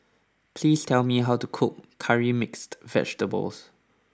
please tell me how to cook Curry Mixed Vegetable